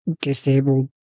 disabled